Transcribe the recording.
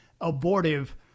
abortive